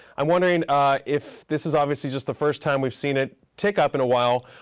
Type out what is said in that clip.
i'm wondering if this is obviously just the first time we've seen it tick up in a while.